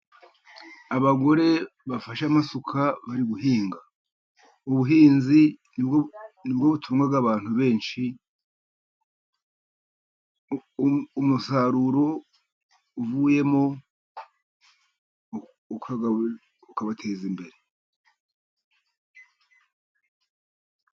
Abagore bafashe amasuka bari guhinga. Ubuhinzi ni bwo butuma abantu benshi umusaruro uvuyemo ubateza imbere.